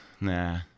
Nah